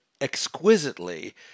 exquisitely